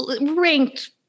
ranked